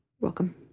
Welcome